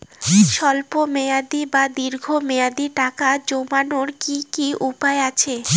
স্বল্প মেয়াদি বা দীর্ঘ মেয়াদি টাকা জমানোর কি কি উপায় আছে?